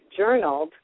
journaled